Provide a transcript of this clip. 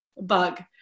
bug